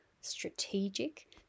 strategic